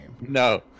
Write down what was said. no